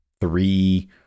three